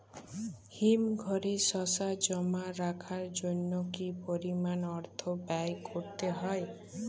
হিমঘরে শসা জমা রাখার জন্য কি পরিমাণ অর্থ ব্যয় করতে হয়?